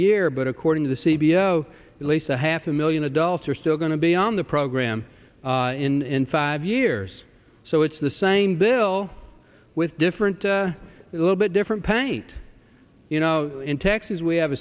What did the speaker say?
year but according to the c b s show at least a half a million adults are still going to be on the program in five years so it's the same bill with different a little bit different paint you know in texas we have